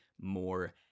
more